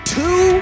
two